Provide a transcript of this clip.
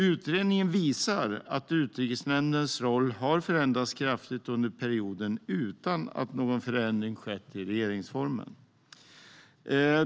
Utredningen visar att Utrikesnämndens roll har förändrats kraftigt under perioden utan att någon förändring har skett i regeringsformen.